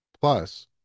Plus